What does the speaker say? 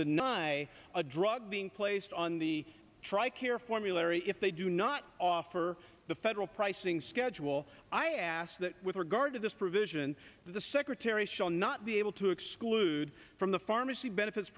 deny a drug being placed on the tri care formulary if they do not offer the federal pricing schedule i ask that with regard to this provision that the secretary shall not be able to exclude from the pharmacy benefits